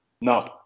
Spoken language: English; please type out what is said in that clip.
No